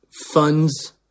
funds